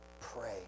pray